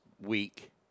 week